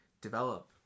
develop